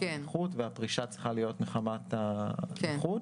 הנכות והפרישה צריכה להיות מחמת הנכות.